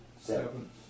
Seven